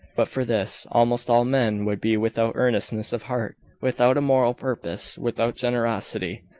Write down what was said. but for this, almost all men would be without earnestness of heart without a moral purpose without generosity,